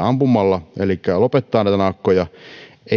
ampumalla elikkä lopettaa näitä naakkoja niin